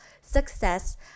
success